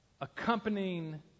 accompanying